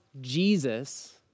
Jesus